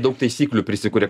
daug taisyklių prisikuria